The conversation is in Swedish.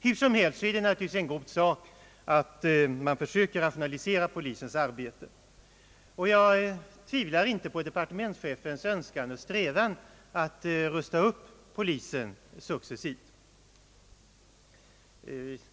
Hur som helst är det naturligtvis en god sak att man försöker rationalisera polisens arbete, och jag tvivlar inte på departementschefens önskan och strävan att successivt rusta upp polisen.